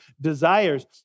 desires